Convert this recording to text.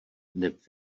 neb